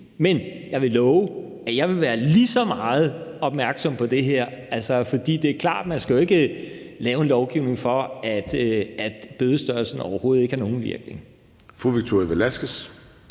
Men jeg vil love, at jeg vil være lige så opmærksom på det her, for det er klart, at man jo ikke skal lave en lovgivning, for at bødestørrelsen overhovedet ikke har nogen virkning.